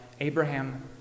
Abraham